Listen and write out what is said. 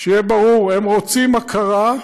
שיהיה ברור, הם רוצים הכרה,